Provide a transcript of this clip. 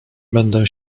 będę